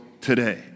today